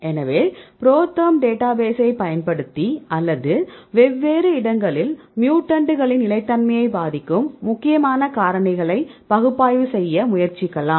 எனவே ProTherm data பேசை பயன்படுத்தி அல்லது வெவ்வேறு இடங்களில் மியூட்டன்ட்களின் நிலைத்தன்மையை பாதிக்கும் முக்கியமான காரணிகளை பகுப்பாய்வு செய்ய முயற்சிக்கலாம்